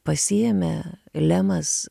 pasiėmė lemas